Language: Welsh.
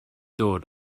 dod